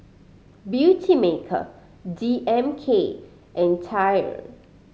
Beautymaker D M K and TYR